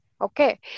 okay